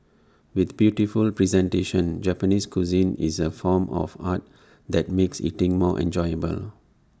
with beautiful presentation Japanese cuisine is A form of art that make eating more enjoyable